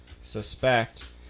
suspect